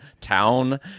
town